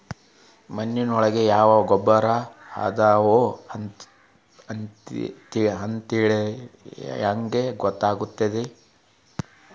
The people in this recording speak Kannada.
ಮಣ್ಣಿನೊಳಗೆ ಯಾವ ಯಾವ ಗೊಬ್ಬರ ಅದಾವ ಅಂತೇಳಿ ಹೆಂಗ್ ಗೊತ್ತಾಗುತ್ತೆ?